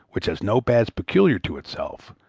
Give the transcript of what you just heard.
which has no badge peculiar to itself,